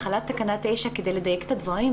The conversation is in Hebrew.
כדי לדייק את הדברים,